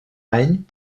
any